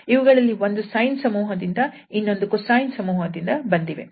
ಇವುಗಳಲ್ಲಿ ಒಂದು sine ಸಮೂಹದಿಂದ ಹಾಗೂ ಇನ್ನೊಂದು cosine ಸಮೂಹದಿಂದ ಬಂದಿವೆ